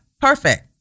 Perfect